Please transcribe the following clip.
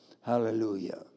Hallelujah